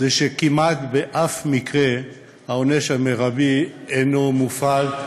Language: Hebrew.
שכמעט באף מקרה העונש המרבי אינו מופעל,